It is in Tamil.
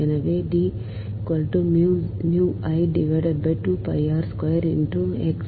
எனவே D phi x